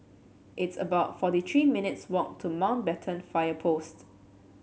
it's about forty three minutes' walk to Mountbatten Fire Post